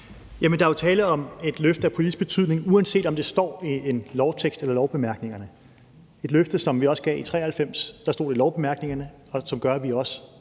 der er jo tale om et løfte af politisk betydning, uanset om det står i en lovtekst eller i lovbemærkningerne. Det er et løfte, som vi også gav i 1993. Der stod det i lovbemærkningerne, og det gør bl.a., at vi skal